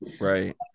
Right